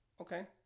Okay